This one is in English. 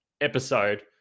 episode